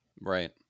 Right